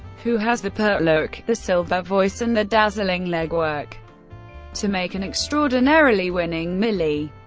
who has the pert look, the silver voice and the dazzling legwork to make an extraordinarily winning millie.